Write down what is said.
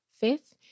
Fifth